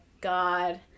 God